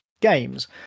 games